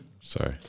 Sorry